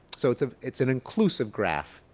sort of it's an inclusive graph.